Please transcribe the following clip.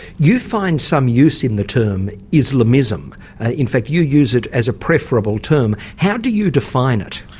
you find some use in the term islamism ah in fact you use it as a preferable term. how do you define it?